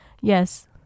Yes